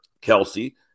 Kelsey